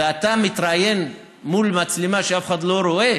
ואתה מתראיין מול מצלמה שאף אחד לא רואה,